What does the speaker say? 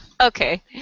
Okay